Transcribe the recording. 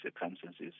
circumstances